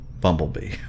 Bumblebee